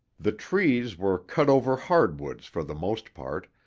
the trees were cutover hardwoods for the most part,